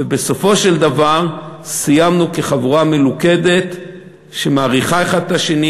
ובסופו של דבר סיימנו כחבורה מלוכדת שמעריכה אחד את השני,